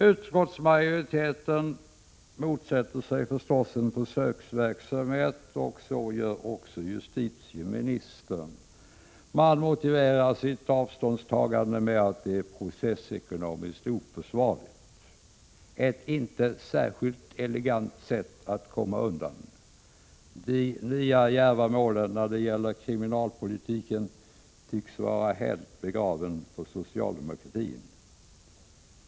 Utskottsmajoriteten motsätter sig förstås en försöksverksamhet, och så gör också justitieministern. De motiverar sitt avståndstagande med att det är processekonomiskt oförsvarligt. Det är ett inte särskilt elegant sätt att komma undan. De nya djärva målen när det gäller kriminalpolitiken tycks vara helt begravna för socialdemokratin.